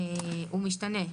הוא משתנה.